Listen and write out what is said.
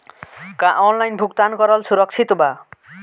का ऑनलाइन भुगतान करल सुरक्षित बा?